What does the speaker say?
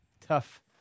tough